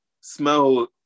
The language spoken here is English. smell